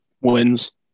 Wins